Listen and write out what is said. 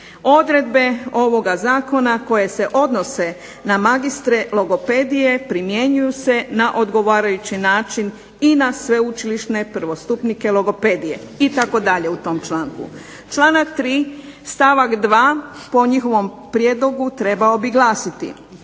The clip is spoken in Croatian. odredbe ovoga zakona koje se odnose na magistre logopedije primjenjuju se na odgovarajući način i na sveučilišne prvostupnike logopedije itd. u tom članku. Članak 3. stavak 2. po njihovom prijedlogu trebao bi glasiti,